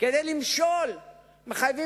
אני מעדיף